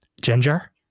ginger